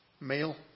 male